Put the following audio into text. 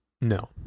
No